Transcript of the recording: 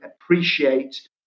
appreciate